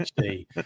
hd